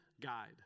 guide